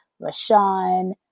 Rashawn